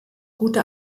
gute